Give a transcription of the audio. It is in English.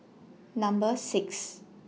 Number six